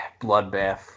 bloodbath